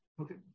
Okay